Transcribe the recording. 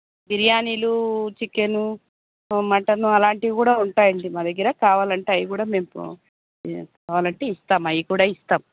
బిర్యానీలు chicken mutton అలాంటివి కూడా ఉంటాయండి మా దగ్గర కావాలంటే అవి కూడా మేము కావాలంటే ఇస్తాము అవి కూడా ఇస్తాం